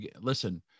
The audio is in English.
listen